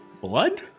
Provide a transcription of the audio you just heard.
blood